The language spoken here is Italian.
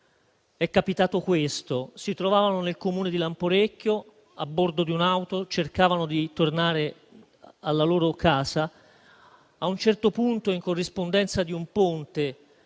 Questi coniugi si trovavano nel Comune di Lamporecchio a bordo di un'auto e cercavano di tornare alla loro casa, ma a un certo punto, in corrispondenza di un ponte,